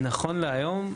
נכון להיום,